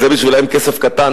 זה בשבילם כסף קטן,